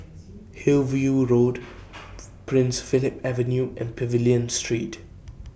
Hillview Road Prince Philip Avenue and Pavilion Street